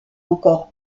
encore